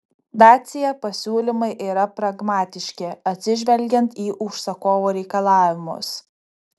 dacia pasiūlymai yra pragmatiški atsižvelgiant į užsakovo reikalavimus